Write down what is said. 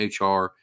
HR